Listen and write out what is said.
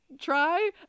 try